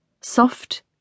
Soft